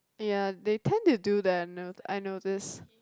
ya they tend to do that I notice